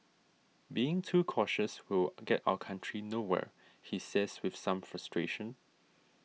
being too cautious will get our country nowhere he says with some frustration